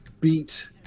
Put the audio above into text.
beat –